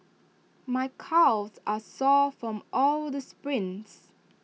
my calves are sore from all the sprints